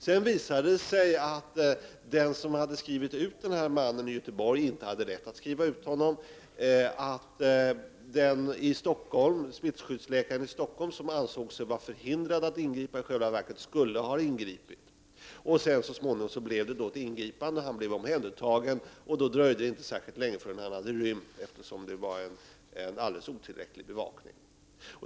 Det visade sig sedan att den som hade skrivit ut mannen i Göteborg inte hade rätt att skriva ut honom. Smittskyddsläkaren i Stockholm, som ansåg sig vara förhindrad att ingripa, skulle i själva verket ha ingripit. Så småningom blev det ett ingripande. Mannen blev omhändertagen. Det dröjde inte särskilt länge förrän han rymde, eftersom bevakningen var alldeles otillräcklig.